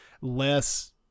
less